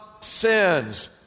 sins